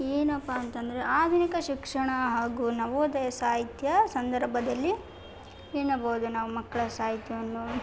ಏನಪ್ಪ ಅಂತಂದರೆ ಆಧುನಿಕ ಶಿಕ್ಷಣ ಹಾಗು ನವೋದಯ ಸಾಹಿತ್ಯ ಸಂದರ್ಭದಲ್ಲಿ ಎನ್ನಬಹುದು ನಾವು ಮಕ್ಕಳ ಸಾಹಿತ್ಯವನ್ನು